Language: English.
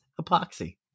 epoxy